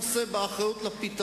לכל אורך ההיסטוריה של מפלגת העבודה,